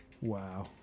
Wow